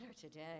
today